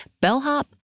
bellhop